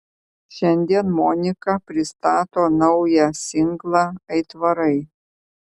šiandien monika pristato naują singlą aitvarai